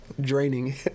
draining